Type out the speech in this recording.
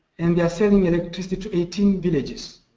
and they are selling electricity to eighteen villages.